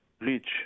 reach